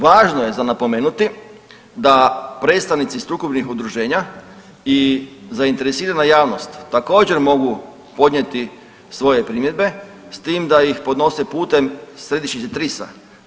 Važno je za napomenuti da predstavnici strukovnih udruženja i zainteresirana javnost također mogu podnijeti svoje primjedbe s tim da ih podnose putem središnjice TRIS-a.